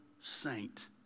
saint